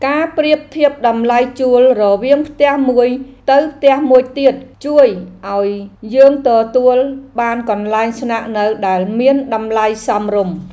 ការប្រៀបធៀបតម្លៃជួលរវាងផ្ទះមួយទៅផ្ទះមួយទៀត ជួយឱ្យយើងទទួលបានកន្លែងស្នាក់នៅដែលមានតម្លៃសមរម្យ។